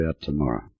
tomorrow